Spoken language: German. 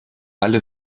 alle